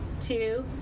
Two